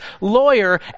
lawyer